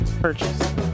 purchase